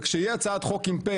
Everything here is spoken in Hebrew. וכשתהיה הצעת חוק עם פ',